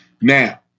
Now